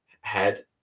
head